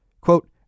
Quote